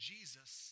Jesus